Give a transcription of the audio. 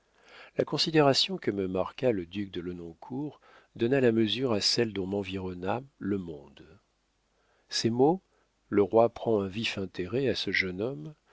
la considération que me marqua le duc de lenoncourt donna la mesure à celle dont m'environna le monde ces mots le roi prend un vif intérêt à ce jeune homme